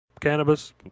cannabis